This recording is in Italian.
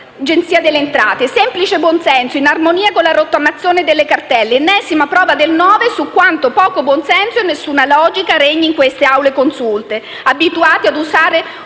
all'Agenzia delle entrate. Semplice buon senso, in armonia con la rottamazione delle cartelle, ennesima prova del nove su quanto poco buon senso e nessuna logica regni in queste consunte Aule. Abituati ad usare